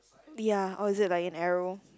ya or is it like an arrow